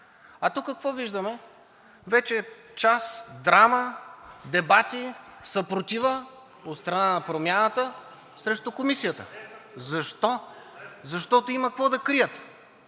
А тук какво виждаме? Вече час драма, дебати, съпротива от страна на Промяната срещу Комисията. Защо? Защото има какво да крият.